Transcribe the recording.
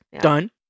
Done